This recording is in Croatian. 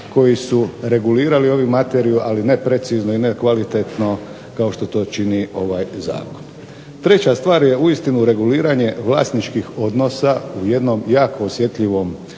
koji su regulirali ovu materiju ali ne precizno i ne kvalitetno kao što to čini ovaj Zakon. Treća stvar je uistinu reguliranje vlasničkih odnosa u jednom jako osjetljivom području.